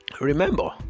Remember